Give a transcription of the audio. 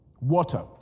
water